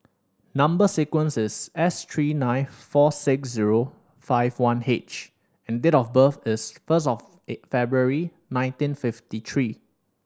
number sequence is S three nine four six zero five one H and date of birth is first of February nineteen fifty three